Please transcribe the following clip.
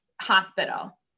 hospital